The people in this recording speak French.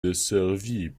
desservi